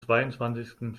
zweiundzwanzigsten